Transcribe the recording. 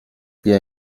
بیا